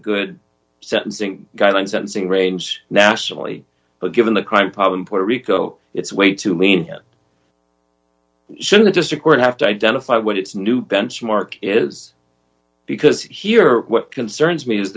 good sentencing guideline sentencing range nationally but given the crime problem puerto rico it's way too lenient should just a court have to identify what its new benchmark is because here what concerns me is